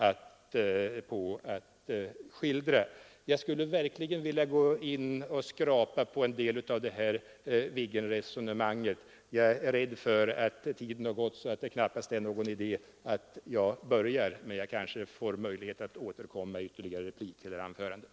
Jag skulle verkligen vilja skrapa litet på en del av de Viggen-resonemang som förts här, men jag är rädd för att tiden för mitt korta genmäle denna gång är så långt liden att det knappast är någon idé att börja med ett klargörande om Viggen. Jag kanske får tillfälle att återkomma till det i ytterligare repliker eller anföranden.